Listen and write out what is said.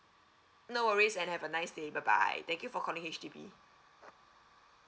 no worries and have a nice day bye bye thank you for calling H_D_B